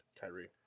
Kyrie